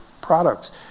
products